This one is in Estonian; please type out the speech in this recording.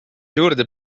juurde